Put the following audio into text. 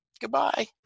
Goodbye